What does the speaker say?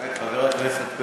חבר הכנסת אמסלם,